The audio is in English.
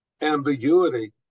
ambiguity